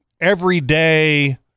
everyday